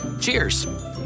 Cheers